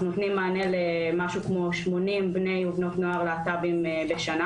אנחנו נותנים מענה למשהו כמו שמונים בני ובנות נוער להט"בים בשנה